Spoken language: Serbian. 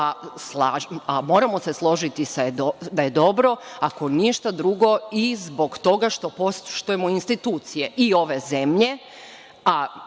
a moramo se složiti da je dobro, ako ništa drugo, i zbog toga što poštujemo institucije i ove zemlje, a